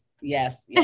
Yes